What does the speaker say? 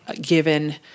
given